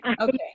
Okay